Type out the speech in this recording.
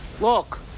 Look